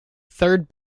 third